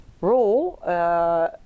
role